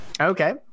Okay